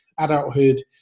adulthood